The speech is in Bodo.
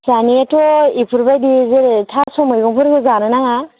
जानायाथ' एफोरबादि थास' मैगं फोरखौ जानो नाङा